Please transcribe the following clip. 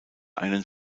einen